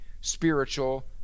spiritual